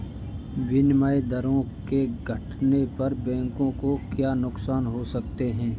विनिमय दरों के घटने पर बैंकों को क्या नुकसान हो सकते हैं?